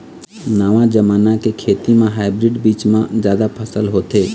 नवा जमाना के खेती म हाइब्रिड बीज म जादा फसल होथे